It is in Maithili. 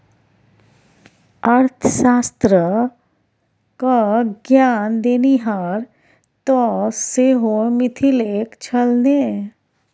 अर्थशास्त्र क ज्ञान देनिहार तँ सेहो मिथिलेक छल ने